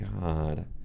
God